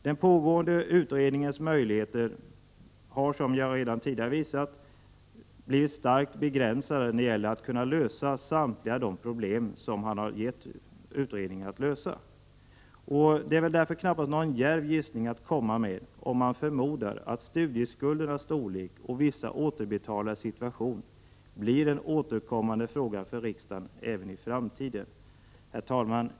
Den pågående utredningens möjligheter att lösa samtliga problem som man har givit utredningen i uppdrag att lösa är, som jag redan tidigare visat, starkt begränsade. Det är därför knappast någon djärv gissning om man förmodar att studieskuldernas storlek och vissa återbetalares situation blir en återkommande fråga för riksdagen även i framtiden. Herr talman!